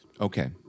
Okay